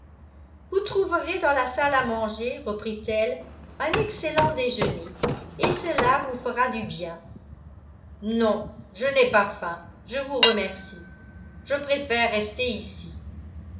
vous trouverez dans la salle à manger reprit-elle un excellent déjeuner et cela vous fera du bien non je n'ai pas faim je vous remercie je préfère rester ici